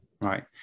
Right